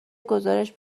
گزارش